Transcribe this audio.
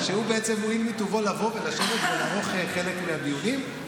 שהוא בעצם הואיל בטובו לבוא ולשבת ולערוך חלק מהדיונים,